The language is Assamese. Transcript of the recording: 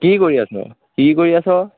কি কৰি আছো কি কৰি আছো